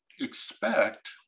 expect